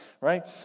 right